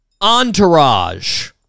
Entourage